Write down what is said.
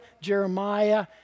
Jeremiah